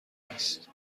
است